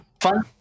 Fun